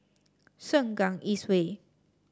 Sengkang East Way